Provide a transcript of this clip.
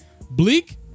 Bleak